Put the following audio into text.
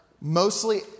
mostly